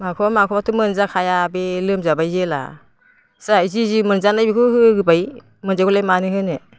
माखौबा माखौबाथ' मोनजाखाया बे लोमजाबाय जेब्ला जाय जि जि मोनजानाय बेखौबो होबाय मोनजायाब्लालाय मानो होनो